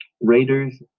Raiders